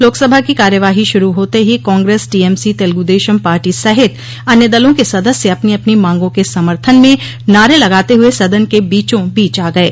लोकसभा की कार्यवाही शुरू होते ही कांग्रेस टीएमसी तेलगुदेशम् पार्टी सहित अन्य दलों के सदस्य अपनी अपनी मांगों के समर्थन में नारे लगाते हुए सदन के बीचोंबीच आ गये